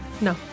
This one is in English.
No